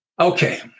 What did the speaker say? Okay